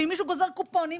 ואם מישהו גוזר קופונים,